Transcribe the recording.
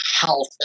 health